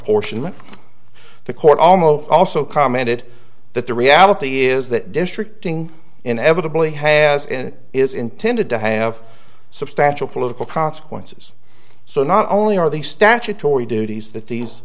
apportionment the court almost also commented that the reality is that district thing inevitably has and is intended to have substantial political consequences so not only are the statutory duties that these